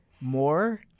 more